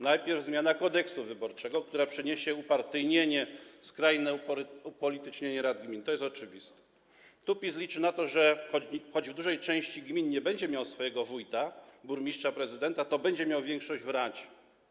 Najpierw zmiana Kodeksu wyborczego, która przyniesie upartyjnienie, skrajne upolitycznienie rad gmin - to jest oczywiste, tu PiS liczy na to, że choć w dużej części gmin nie będzie miał swojego wójta, burmistrza czy prezydenta, to będzie miał większość w radzie.